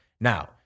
Now